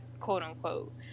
quote-unquote